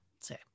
say